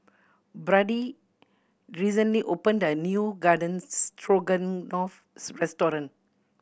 Brody recently opened a new Garden Stroganoff restaurant